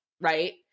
Right